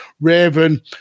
Raven